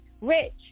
rich